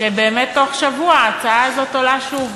שבאמת בתוך שבוע ההצעה הזאת עולה שוב,